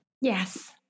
yes